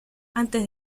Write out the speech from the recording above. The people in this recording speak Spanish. antes